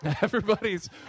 everybody's